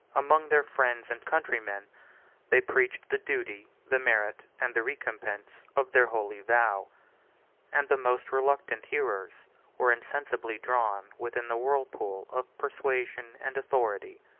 among their friends and countrymen they preached the duty, the merit, and the recompense, of their holy vow and the most reluctant hearers were insensibly drawn within the whirlpool of persuasion and authority.